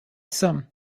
some